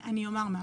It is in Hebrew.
אני אומר משהו,